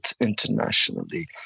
internationally